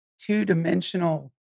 two-dimensional